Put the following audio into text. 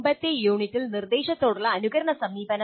മുമ്പത്തെ യൂണിറ്റിൽ നിർദ്ദേശത്തോടുള്ള അനുകരണ സമീപനം